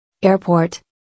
Airport